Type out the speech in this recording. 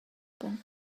pawng